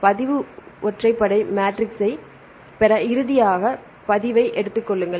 பதிவு ஒற்றைப்படை மேட்ரிக்ஸைப் பெற இறுதியாக பதிவை எடுத்துக் கொள்ளுங்கள்